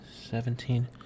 Seventeen